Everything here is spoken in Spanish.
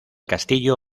castillo